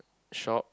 shop